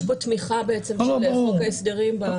זאת אומרת, יש פה תמיכה בעצם בחוק ההסדרים.